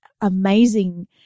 amazing